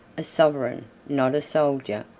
a sovereign, not a soldier,